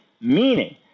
meaning